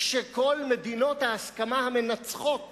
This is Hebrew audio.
כשכל מדינות ההסכמה המנצחות